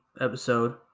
episode